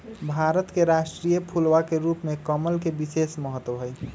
भारत के राष्ट्रीय फूलवा के रूप में कमल के विशेष महत्व हई